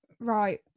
Right